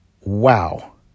wow